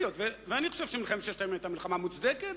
ואני חושב שמלחמת ששת הימים היתה מלחמה מוצדקת.